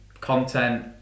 content